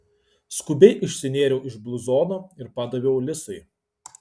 skubiai išsinėriau iš bluzono ir padaviau lisai